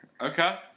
Okay